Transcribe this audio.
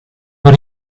were